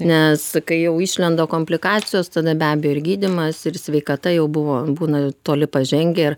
nes kai jau išlenda komplikacijos tada be abejo ir gydymas ir sveikata jau buvo būna toli pažengę ir